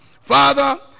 Father